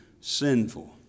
sinful